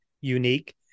unique